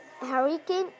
Hurricane